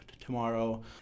tomorrow